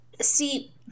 See